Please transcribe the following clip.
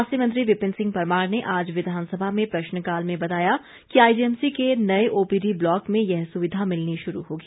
स्वास्थ्य मंत्री विपिन सिंह परमार ने आज विधानसभा में प्रश्नकाल में बताया कि आईजीएमसी के नए ओपीडी ब्लाक में यह सुविधा मिलनी शुरू होगी